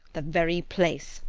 the very place,